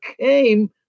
came